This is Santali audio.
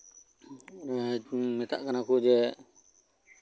ᱮᱫ ᱢᱮᱛᱟ ᱠᱟᱱᱟ ᱠᱚ ᱡᱮ